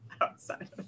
outside